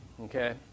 Okay